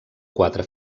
quatre